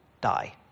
die